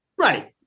Right